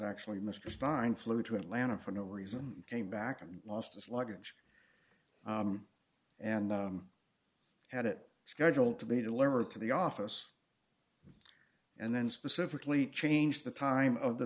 actually mr stein flew to atlanta for no reason came back and lost his luggage and had it scheduled to be delivered to the office and then specifically changed the time of the